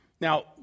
Now